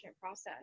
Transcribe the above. process